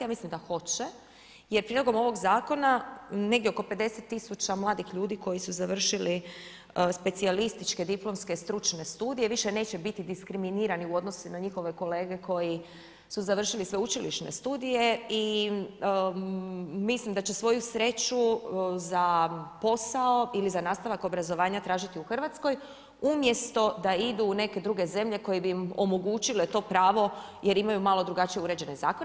Ja mislim da hoće jer prijedlogom ovoga zakona negdje oko 50 tisuća mladih ljudi koji su završili specijalističke diplomske stručne studije više neće biti diskriminirani u odnosu na njihove kolege koji su završili sveučilišne studije i mislim da će svoju sreću za posao ili za nastavak obrazovanja tražiti u Hrvatskoj umjesto da idu u neke druge zemlje koje bi im omogućile to pravo jer imaju malo drugačije uređene zakone.